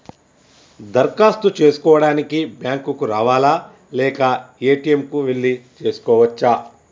దరఖాస్తు చేసుకోవడానికి బ్యాంక్ కు రావాలా లేక ఏ.టి.ఎమ్ కు వెళ్లి చేసుకోవచ్చా?